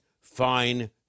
fine